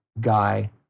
guy